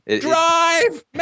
Drive